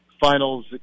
finals